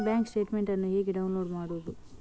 Bank statement ಅನ್ನು ಹೇಗೆ download ಮಾಡುವುದು?